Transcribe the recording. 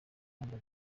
manza